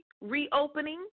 reopening